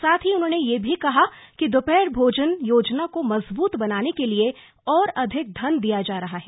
साथ ही उन्होंने यह भी कहा कि दोपहर भोजन योजना को मज़बूत बनाने के लिए और अधिक धन दिया जा रहा है